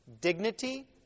dignity